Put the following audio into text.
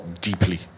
deeply